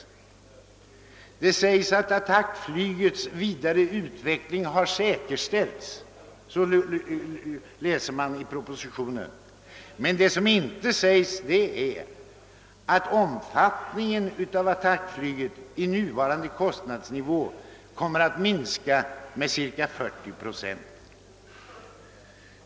Det framhålles i propositionen att attackflygets vidare utveckling har säkerställts, men det sägs inte att omfattningen av attackflyget vid nuvarande kostnadsnivå kommer att minska med cirka 40 procent.